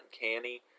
uncanny